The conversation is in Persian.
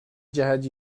جهت